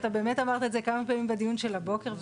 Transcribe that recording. אתה באמת אמרת את זה כמה פעמים בדיון של הבוקר.